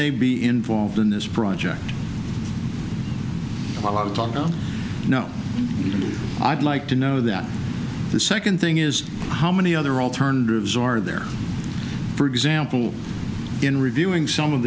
they be involved in this project a lot of talk i know i'd like to know that the second thing is how many other alternatives are there for exams in reviewing some of